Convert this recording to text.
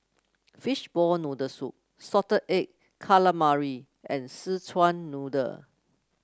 Fishball Noodle Soup Salted Egg Calamari and Szechuan Noodle